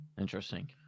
Interesting